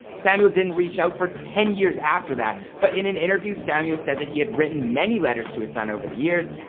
samuel didn't reach out for ten years after that. but in an interview, samuel said that he had written many letters to his son over the years,